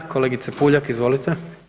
Kolegice PUljak, izvolite.